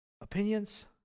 opinions